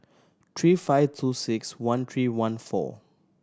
three five two six one three one four